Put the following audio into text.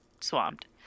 swamped